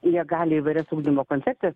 jie gali įvairias ugdymo koncepcijas